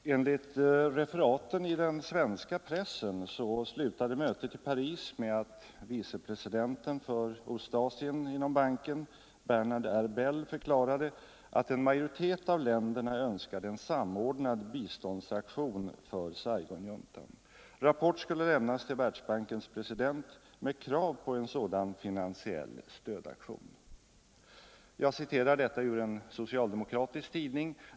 Herr talman! Enligt referat i den svenska pressen slutade mötet i Paris med att vice presidenten för Ostasien inom banken, Bernard R. Bell, förklarade att en majoritet av länderna önskade en samordnad biståndsaktion för Saigonjuntan. Rapport skulle lämnas till Världsbankens president med krav på en sådan finansiell stödaktion. Jag citerar detta ur en socialdemokratisk tidning.